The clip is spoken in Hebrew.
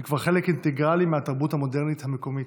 היא כבר חלק אינטגרלי מהתרבות המודרנית המקומית.